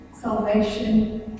salvation